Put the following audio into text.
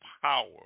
power